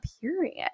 period